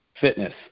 fitness